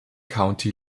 county